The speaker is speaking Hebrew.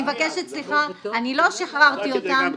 אני לא שחררתי אותם,